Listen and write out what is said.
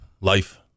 life